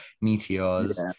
meteors